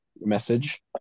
message